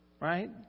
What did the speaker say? right